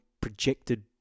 projected